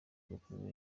gupima